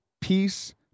peace